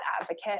advocate